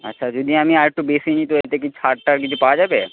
আচ্ছা যদি আমি আরেকটু বেশি নিই তো এতে কি ছাড় টাড় কিছু পাওয়া যাবে